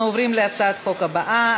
אנחנו עוברים להצעת החוק הבאה,